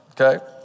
okay